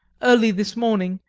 early this morning,